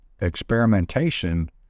experimentation